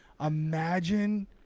Imagine